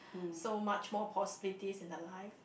so much more possibilities in the life